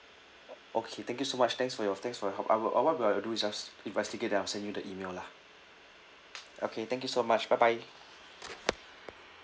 okay thank you so much thanks for your thanks for your help I will I will be doing just investigate then I'll send you the email lah okay thank you so much bye bye